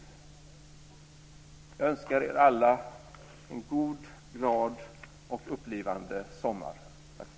Jag önskar er alla en god, glad och upplivande sommar.